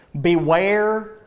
Beware